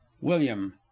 william